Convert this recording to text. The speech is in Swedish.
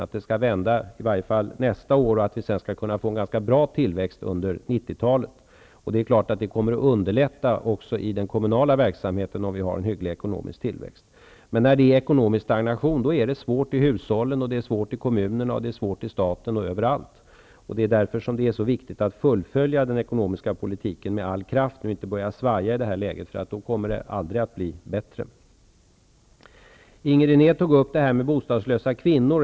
Vi räknar med att utvecklingen i varje fall nästa år skall vända och att vi får en ganska bra tillväxt under 90-talet. En god ekonomisk tillväxt underlättar även för den kommunala verksamheten. När ekonomisk stagnation råder, är det emellertid svårt för hushållen, för kommunerna, för staten och för alla. Därför är det viktigt att med all kraft fullfölja den ekonomiska politiken. Vi får inte börja svaja i det här läget, då blir det aldrig bättre. Inger René tog upp frågan om bostadslösa kvinnor.